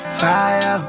fire